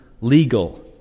legal